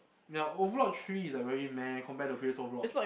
ya overlord three is like very meh compared to previous overlords